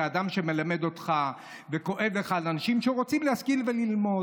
ואתה אדם שמלמד אותך וכואב לך על אנשים שרוצים להשכיל וללמוד.